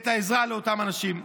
את העזרה לאותם אנשים.